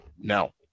no